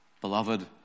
Beloved